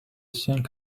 sink